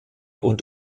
und